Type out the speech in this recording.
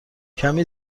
کمی